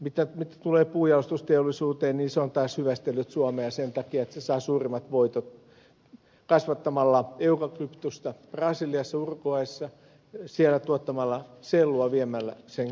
mitä tulee puunjalostusteollisuuteen se on taas hyvästellyt suomen sen takia että se saa suuremmat voitot kasvattamalla eukalyptusta brasiliassa uruguayssa tuottamalla siellä sellua viemällä sen kiinaan